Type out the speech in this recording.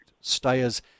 Stayers